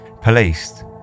policed